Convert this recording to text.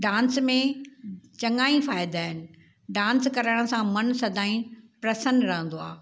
dance में चङा ई फ़ाइदा आहिनि डांस करण सां मन सदाईं प्रसन्न रहंदो आहे